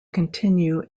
continue